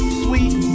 sweet